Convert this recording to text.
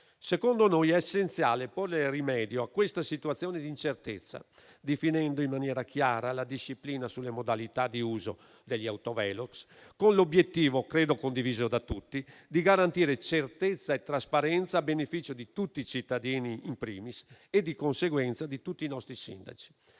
Secondo noi è essenziale porre rimedio a questa situazione di incertezza, definendo in maniera chiara la disciplina sulle modalità di uso degli autovelox, con l'obiettivo - credo condiviso da tutti - di garantire certezza e trasparenza a beneficio di tutti i cittadini *in primis* e di conseguenza di tutti i nostri sindaci,